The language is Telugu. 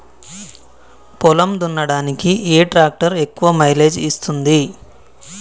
పొలం దున్నడానికి ఏ ట్రాక్టర్ ఎక్కువ మైలేజ్ ఇస్తుంది?